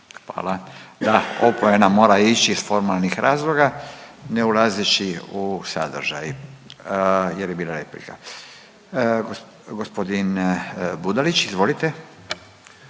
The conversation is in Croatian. Hvala. Da, opomena mora ići iz formalnih razloga, ne ulazeći u sadržaj jer je bila replika. G. Budalić, izvolite.